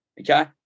Okay